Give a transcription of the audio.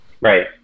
Right